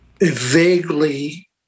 vaguely